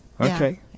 Okay